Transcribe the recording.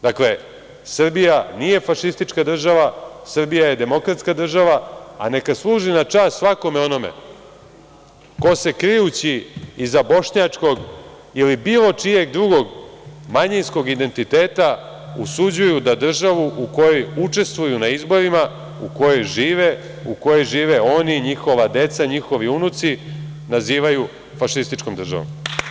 Dakle, Srbija nije fašistička država, Srbija je demokratska država a neka služi na čast svakome onome ko se krijući iza bošnjačkog ili bilo čijeg drugog manjinskog identiteta usuđuju da državu u kojoj učestvuju na izborima, u kojoj žive, u kojoj žive oni, njihova deca, njihovi unuci, nazivaju fašističkom državom.